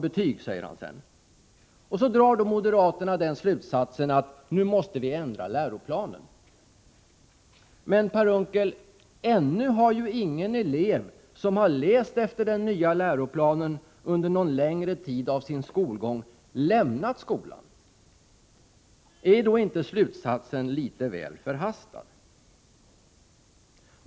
Moderaterna drar den slutsatsen att vi då måste ändra läroplanen. Men, Per Unckel, ännu har ju ingen elev som läst efter den nya läroplanen under någon längre tid av sin skolgång lämnat skolan. Är då inte slutsatsen litet väl förhastad?